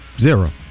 zero